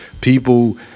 people